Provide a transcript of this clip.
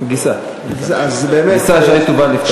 גיסה, גיסה ש"י תובל נפטר.